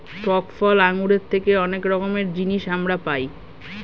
টক ফল আঙ্গুরের থেকে অনেক রকমের জিনিস আমরা পাই